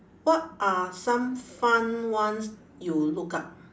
what are some fun ones you look up